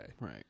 Right